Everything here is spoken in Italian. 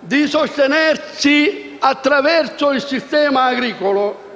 di sostenersi attraverso il sistema agricolo,